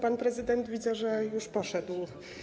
Pan prezydent, widzę, już poszedł.